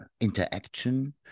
interaction